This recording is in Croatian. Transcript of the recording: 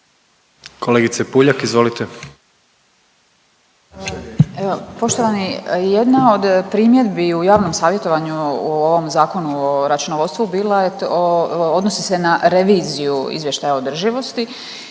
(Centar)** Evo poštovani, jedna od primjedbi u javnom savjetovanju u ovom Zakonu o računovodstvu odnosi se na reviziju izvještaja održivosti.